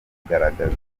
kugaragaza